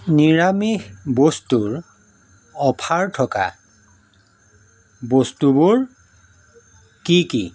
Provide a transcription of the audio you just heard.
নিৰামিষ বস্তুৰ অফাৰ থকা বস্তুবোৰ কি কি